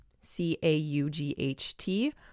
C-A-U-G-H-T